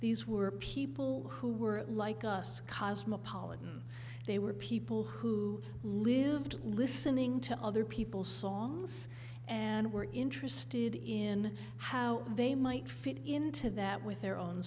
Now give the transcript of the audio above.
these were people who were like us cosmopolitan they were people who lived listening to other people's songs and were interested in how they might fit into that with their own